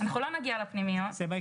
אסור לכם לתת יד לסעיף הזה.